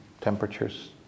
temperatures